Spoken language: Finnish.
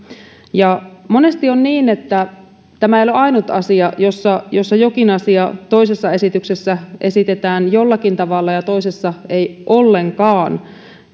monesti on niin että tämä ei ole ainut asia jossa jossa jokin asia toisessa esityksessä esitetään jollakin tavalla ja toisessa ei ollenkaan